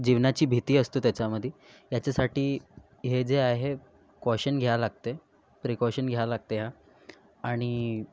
जीवनाची भीती असतो त्याच्यामध्ये याचासाठी हे जे आहे काॅशन घ्यावे लागते प्रिकॉशन घ्यावे लागते ह्या आणि